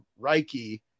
Reiki